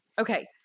Okay